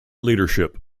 leadership